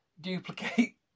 duplicate